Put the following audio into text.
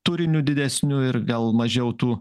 turiniu didesniu ir gal mažiau tų